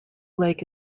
lake